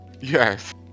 Yes